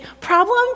problem